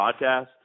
podcast